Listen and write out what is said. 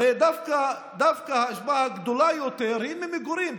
הרי דווקא האשפה הגדולה יותר היא ממגורים,